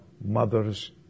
mother's